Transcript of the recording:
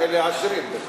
איזה רשויות?